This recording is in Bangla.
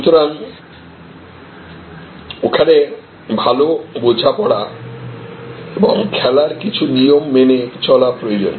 সুতরাং ওখানে ভালো বোঝাপড়া এবং খেলার কিছু নিয়ম মেনে চলা প্রয়োজন